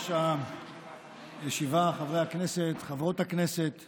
מוכרח לומר שזה מסוג הדיונים שיש בהם היגיון בתנועת נוער,